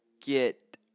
get